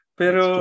pero